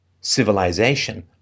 civilization